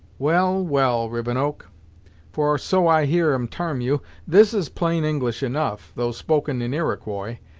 well, well, rivenoak for so i hear em tarm you this is plain english, enough, though spoken in iroquois.